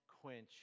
quench